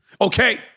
okay